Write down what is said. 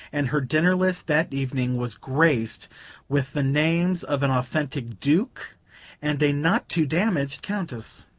and her dinner-list that evening was graced with the names of an authentic duke and a not too-damaged countess.